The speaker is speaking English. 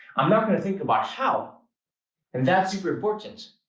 i'm not gonna think about how and that's super important.